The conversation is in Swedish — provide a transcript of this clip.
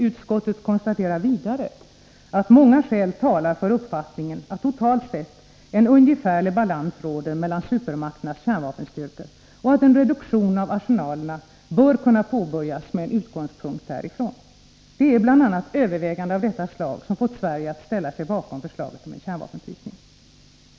Utskottet konstaterar vidare att många skäl talar för uppfattningen att totalt sett en ungefärlig balans råder mellan supermakternas kärnvapenstyrkor och att en reduktion av arsenalerna bör kunna påbörjas med utgångspunkt därifrån. Det är bl.a. överväganden av detta slag som fått Sverige att ställa sig bakom förslaget om en kärnvapenfrysning.